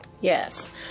Yes